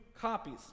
copies